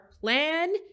plan